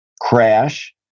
crash